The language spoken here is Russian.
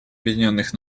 объединенных